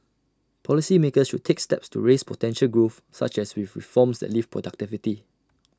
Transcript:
policy makers should take steps to raise potential growth such as with reforms that lift productivity